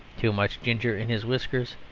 too much ginger in his whiskers,